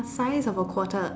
a size of a quarter